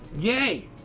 Yay